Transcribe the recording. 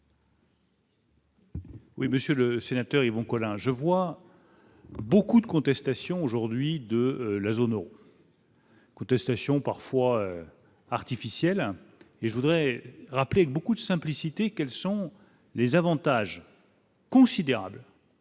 Oui, monsieur le sénateur Yvon Collin, je vois beaucoup de contestations aujourd'hui de la zone Euro. Contestation parfois artificielle et je voudrais rappeler que beaucoup de simplicité, quels sont les avantages. Considérable.